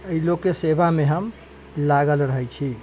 एहि लोकके सेवामे हम लागल रहैत छी